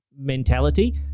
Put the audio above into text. mentality